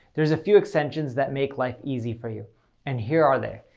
there's a few extensions that make life easy for you and here are they.